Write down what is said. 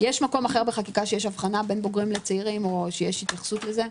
יש מקום אחר בחקיקה שיש הבחנה בין בוגרים לצעירים או התייחסות לזה?